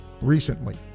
recently